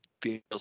feels